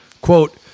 Quote